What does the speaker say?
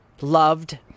loved